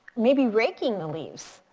maybe raking the leaves.